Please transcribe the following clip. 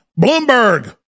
Bloomberg